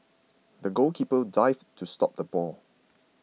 the goalkeeper dived to stop the ball